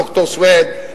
ד"ר סוייד,